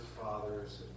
fathers